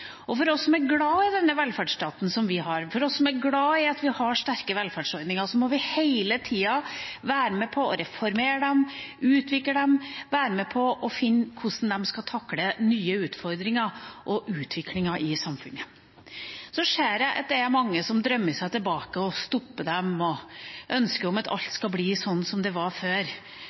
Og vi som er glad i den velferdsstaten vi har, vi som er glad for at vi har sterke velferdsordninger, må hele tida være med på å reformere dem, utvikle dem, være med på å finne ut hvordan vi skal takle nye utfordringer og utvikling i samfunnet. Så ser jeg at det er mange som drømmer seg tilbake og vil stoppe dem, og ønsker at alt skal bli sånn som det var før.